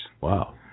Wow